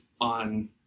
on